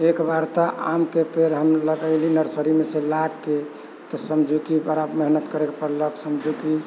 एक बार तऽ आमके पेड़ हम लगेलीह नर्सरीमे से लाके तऽ समझू कि बड़ा मेहनत करैके पड़लक समझू कि